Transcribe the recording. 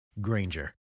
Granger